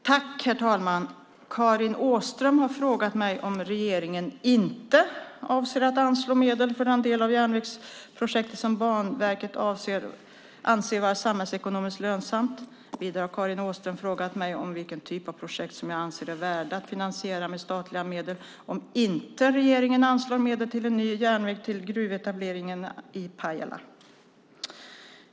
Herr talman! Karin Åström har frågat mig om regeringen inte avser att anslå medel för den del av järnvägsprojektet som Banverket anser vara samhällsekonomiskt lönsam. Vidare har Karin Åström frågat mig vilken typ av projekt som jag anser är värda att finansiera med statliga medel om inte regeringen anslår medel till en ny järnväg till gruvetableringarna i Pajala.